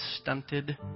stunted